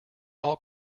all